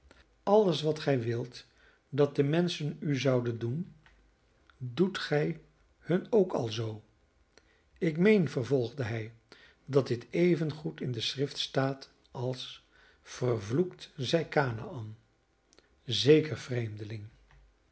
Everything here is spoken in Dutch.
alles wat gij wilt dat de menschen u zouden doen doet gij hun ook alzoo ik meen vervolgde hij dat dit evengoed in de schrift staat als vervloekt zij kanaän zeker vreemdeling